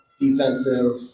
defensive